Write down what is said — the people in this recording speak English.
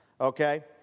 Okay